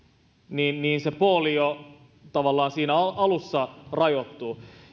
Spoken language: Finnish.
joten se pooli jo tavallaan siinä alussa rajoittuu